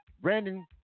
Brandon